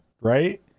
right